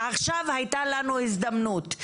עכשיו הייתה לנו הזדמנות: